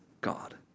God